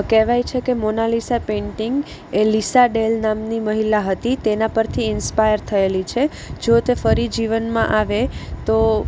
કહેવાય છે કે મોનાલીસા પેઈન્ટિંગ એ લીસા ડેલ નામની મહિલા હતી તેના પરથી ઈન્સપાયર થયેલી છે જો તે ફરી જીવનમાં આવે તો